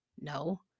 No